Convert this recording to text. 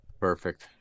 Perfect